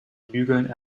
bügeln